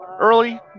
early